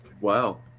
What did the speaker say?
wow